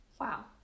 wow